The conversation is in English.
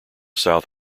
south